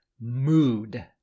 mood